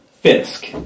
Fisk